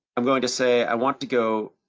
i'm going to say, i want to go,